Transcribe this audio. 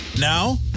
Now